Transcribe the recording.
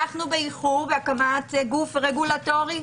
אנחנו באיחור בהקמת גוף רגולטורי,